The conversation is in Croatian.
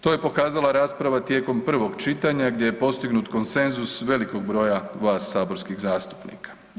To je pokazala rasprava tijekom prvog čitanja gdje je postignut konsenzus velikog broja vas saborskih zastupnika.